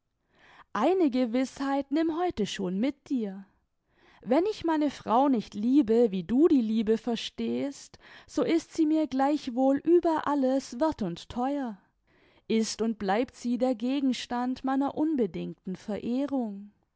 eine gewißheit nimm heute schon mit dir wenn ich meine frau nicht liebe wie du die liebe verstehst so ist sie mir gleichwohl über alles werth und theuer ist und bleibt sie der gegenstand meiner unbedingten verehrung